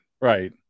Right